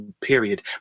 period